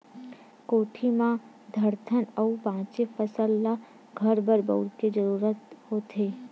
कोठी म धरथन अउ बाचे फसल ल घर बर बउरे के जरूरत होथे